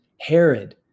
Herod